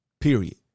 Period